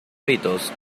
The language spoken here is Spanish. ritos